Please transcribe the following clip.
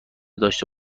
داشته